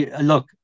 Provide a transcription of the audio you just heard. look